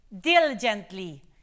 diligently